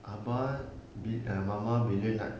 abah bi~ err mama bila nak